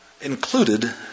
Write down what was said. included